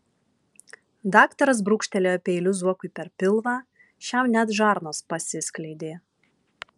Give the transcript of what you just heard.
daktaras brūkštelėjo peiliu zuokui per pilvą šiam net žarnos pasiskleidė